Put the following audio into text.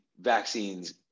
vaccines